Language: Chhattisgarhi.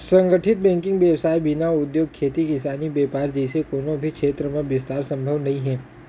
संगठित बेंकिग बेवसाय के बिना उद्योग, खेती किसानी, बेपार जइसे कोनो भी छेत्र म बिस्तार संभव नइ हे